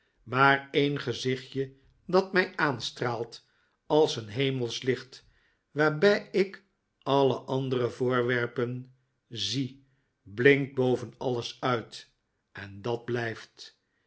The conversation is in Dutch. maar een gezichtje dat mij aanstraalt als een hemelsch licht waarbij ik alle andere voorwerpen zie blinkt boven alles uit en dat blijft